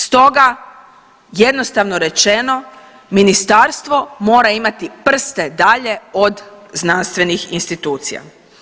Stoga, jednostavno rečeno, ministarstvo mora imati prste dalje od znanstvenih institucija.